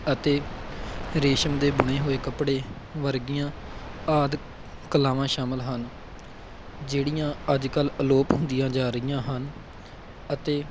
ਅਤੇ ਰੇਸ਼ਮ ਦੇ ਬੁਣੇ ਹੋਏ ਕੱਪੜੇ ਵਰਗੀਆਂ ਆਦਿ ਕਲਾਵਾਂ ਸ਼ਾਮਿਲ ਹਨ ਜਿਹੜੀਆਂ ਅੱਜ ਕੱਲ੍ਹ ਅਲੋਪ ਹੁੰਦੀਆਂ ਜਾ ਰਹੀਆਂ ਹਨ ਅਤੇ